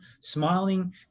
smiling